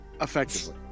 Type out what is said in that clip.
Effectively